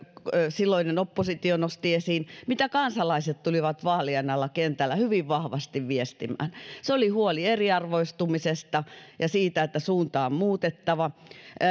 silloinen oppositio nosti esiin ja mistä kansalaiset tulivat vaalien alla kentällä hyvin vahvasti viestimään se oli huolta eriarvoistumisesta ja siitä että suunta on muutettava